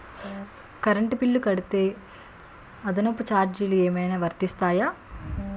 Current bill కడితే అదనపు ఛార్జీలు ఏమైనా వర్తిస్తాయా?